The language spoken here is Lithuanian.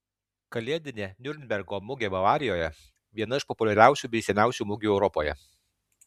kalėdinė niurnbergo mugė bavarijoje viena iš populiariausių bei seniausių mugių europoje